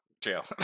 Jail